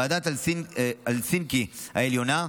ועדת הלסינקי העליונה,